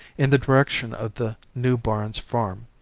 in the direction of the new barns farm.